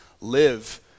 live